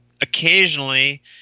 occasionally